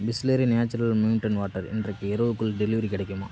Bisleri natural mountain water இன்றைக்கு இரவுக்குள் delivery கிடைக்குமா